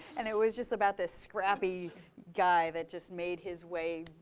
and it was just about this scrappy guy that just made his way,